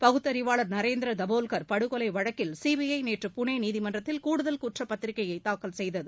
பகுத்தறிவாளர் நரேந்திர தபோல்கர் படுகொலை வழக்கில் சிபிஐ நேற்று புனே நீதிமன்றத்தில் கூடுதல் குற்றப்பத்திரிகையை தாக்கல் செய்தது